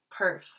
Perf